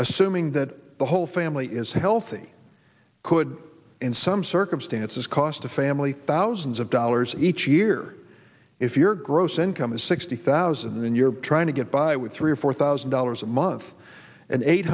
assuming that the whole family is healthy could in some circumstances cost a family thousands of dollars each year if your gross income is sixty thousand then you're trying to get by with three or four thousand dollars a month an eight